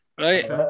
Right